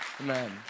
Amen